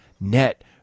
net